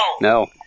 No